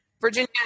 Virginia